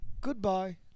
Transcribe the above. goodbye